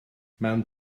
mewn